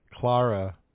Clara